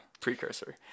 Precursor